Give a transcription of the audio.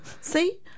see